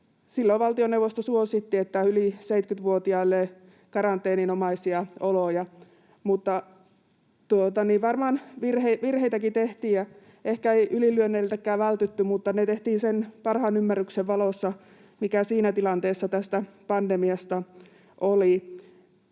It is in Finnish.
Silloin valtioneuvosto suositti yli 70-vuotiaille karanteeninomaisia oloja. Varmaan virheitäkin tehtiin, ja ehkä ei ylilyönneiltäkään vältytty, mutta ne tehtiin sen parhaan ymmärryksen valossa, mikä siinä tilanteessa tästä pandemiasta oli.